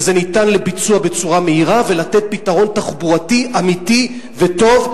וזה ניתן לביצוע בצורה מהירה ונותן פתרון תחבורתי אמיתי וטוב,